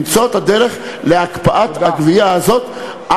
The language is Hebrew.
למצוא את הדרך להקפאת הגבייה הזאת,